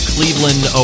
Cleveland